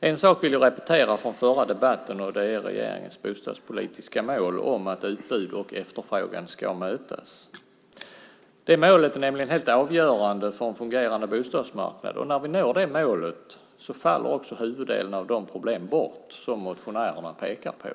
Jag vill repetera en sak från den förra debatten, nämligen regeringens bostadspolitiska mål att utbud och efterfrågan ska mötas. Det målet är helt avgörande för en fungerande bostadsmarknad. När vi når det målet faller huvuddelen av de problem bort som motionärerna pekar på.